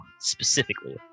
specifically